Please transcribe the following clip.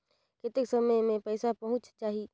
कतेक समय मे पइसा पहुंच जाही?